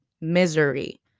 misery